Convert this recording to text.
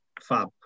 Fab